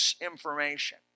information